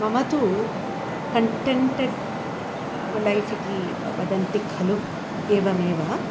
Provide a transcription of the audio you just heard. मम तु contented life इति वदन्ति खलु एवमेव